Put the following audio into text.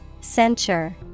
Censure